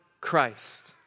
Christ